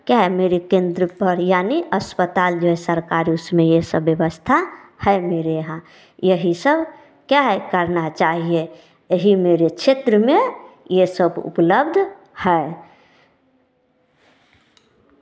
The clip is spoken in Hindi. क्या है मेरे केंद्र पर यानी अस्पताल जो है सरकारी उसमें यह सब व्यवस्था है मेरे यहाँ यही सब क्या है करना चाहिए यही मेरे क्षेत्र में यह सब उपलब्ध है